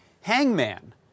Hangman